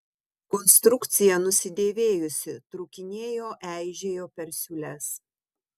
konstrukcija nusidėvėjusi trūkinėjo eižėjo per siūles